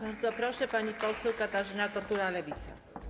Bardzo proszę, pani poseł Katarzyna Kotula, Lewica.